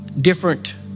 different